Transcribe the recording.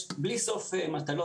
יש בלי סוף מטלות,